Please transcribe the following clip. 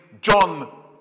John